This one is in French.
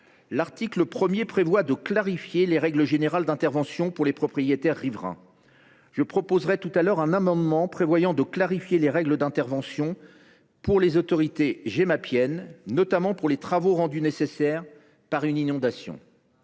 l’article 1 prévoit de clarifier les règles générales d’intervention pour les propriétaires riverains. Je proposerai tout à l’heure un amendement visant à faire de même pour les autorités gémapiennes, notamment en ce qui concerne les travaux rendus nécessaires par une inondation.